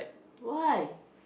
why